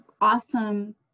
awesome